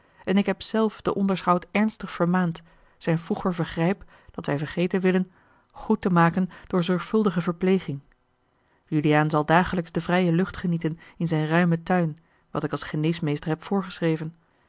en ik heb zelf den onderschout ernstig vermaand zijn vroeger vergrijp dat wij vergeten willen goed te maken door zorgvuldige verpleging juliaan zal dagelijks de vrije lucht genieten in zijn ruimen tuin wat ik als geneesmeester heb voorgeschreven